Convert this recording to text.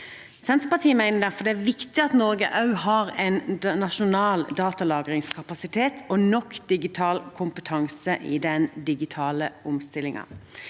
Senterpartiet mener derfor det er viktig at Norge også har en nasjonal datalagringskapasitet og nok digital kompetanse i den digitale omstillingen.